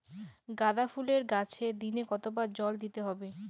গাদা ফুলের গাছে দিনে কতবার জল দিতে হবে?